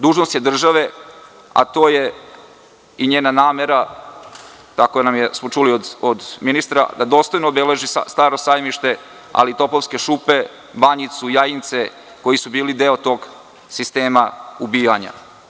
Dužnost je države, a to je i njena namera, tako smo čuli i od ministra, da dostojno obeleži staro sajmište, ali i Topovske šupe, Banjicu, Jajince koji su bili deo tog sistema ubijanja.